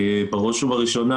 בראש ובראשונה,